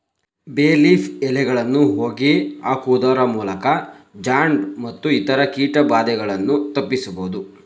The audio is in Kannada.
ಬೇ ಲೀಫ್ ಎಲೆಗಳನ್ನು ಹೋಗಿ ಹಾಕುವುದರಮೂಲಕ ಜಾಡ್ ಮತ್ತು ಇತರ ಕೀಟ ಬಾಧೆಯನ್ನು ತಪ್ಪಿಸಬೋದು